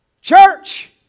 Church